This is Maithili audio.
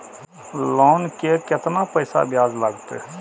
लोन के केतना पैसा ब्याज लागते?